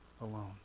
alone